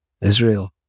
Israel